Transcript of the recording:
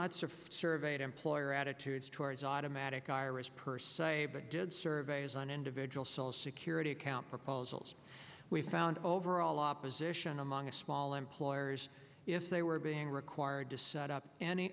surfed surveyed employer attitudes towards automatic iras per se but did surveys on individual cell security account proposals we found overall opposition among small employers if they were being required to set up any